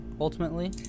ultimately